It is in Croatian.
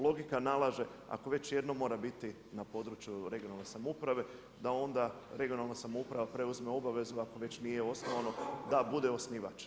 Logika nalaže ako već jednom mora biti na području regionalne samouprave, da onda regionalna samouprava preuzme obvezu ako već nije osnovano, da bude osnivač.